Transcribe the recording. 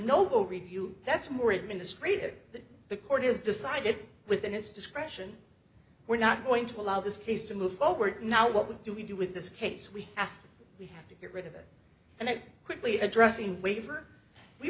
know review that's more administrative that the court has decided within its discretion we're not going to allow this case to move forward now what we do we do with this case we have we have to get rid of it and it quickly address the waiver we